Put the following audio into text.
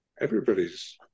everybody's